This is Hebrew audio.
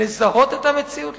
לזהות את המציאות,